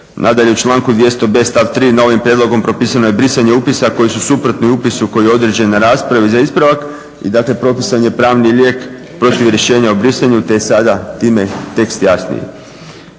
Nadalje, u članku 200.b stavak 3. novim prijedlogom propisano je brisanje upisa koji su suprotni upisu koji je određen na raspravi za ispravak i dakle propisan je pravni lijek protiv rješenja o brisanju te je sada time tekst jasniji.